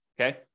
okay